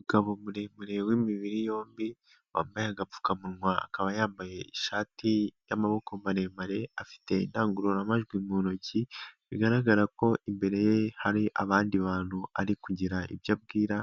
Umugabo muremure w'imibiri yombi wambaye agapfukamunwa, akaba yambaye ishati y'amaboko maremare, afite indangururamajwi mu ntoki bigaragara ko imbere ye hari abandi bantu ari kugira ibyo abwira,